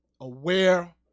aware